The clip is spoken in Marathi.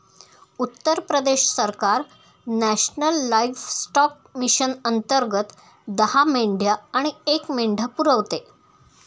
उत्तर प्रदेश सरकार नॅशनल लाइफस्टॉक मिशन अंतर्गत दहा मेंढ्या आणि एक मेंढा पुरवते